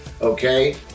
Okay